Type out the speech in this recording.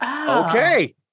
Okay